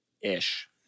Ish